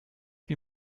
wie